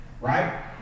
right